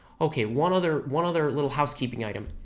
okay, one other one other little housekeeping item.